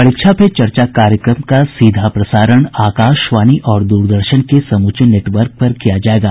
परीक्षा पे चर्चा कार्यक्रम का सीधा प्रसारण आकाशवाणी और दूरदर्शन के समूचे नेटवर्क पर किया जायेगा